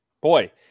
boy